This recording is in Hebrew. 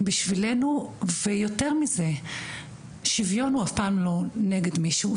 בשבילנו ויותר מזה שוויון הוא אף פעם לא נגד מישהו הוא